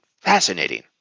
Fascinating